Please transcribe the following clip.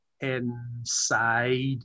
inside